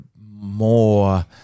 more